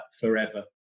forever